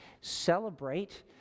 celebrate